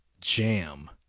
Jam